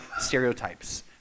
stereotypes